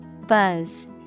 Buzz